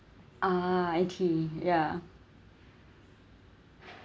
uh tea ya